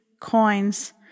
coins